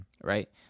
right